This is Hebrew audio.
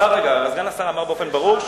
סגן השר אמר באופן ברור,